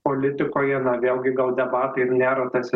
politikoje na vėlgi gal debatai ir nėra tas